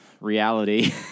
reality